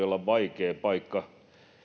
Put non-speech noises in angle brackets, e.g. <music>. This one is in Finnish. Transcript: <unintelligible> olla vaikea paikka